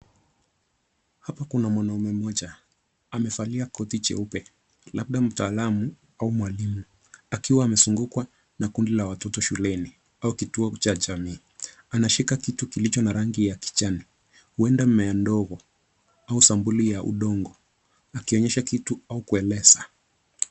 Hapa kuna mwanaume mmoja. Amevalia koti jeupe labda mtaalam au mwalimu akiwa amezungukwa na kundi la watoto shuleni au kituo cha jamii. Anashika kitu kilicho na rangi ya kijani huenda mmea ndogo au sampuli ya udongo akionyesha kitu au kueleza.